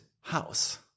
house